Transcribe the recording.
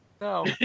No